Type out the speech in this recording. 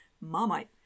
Marmite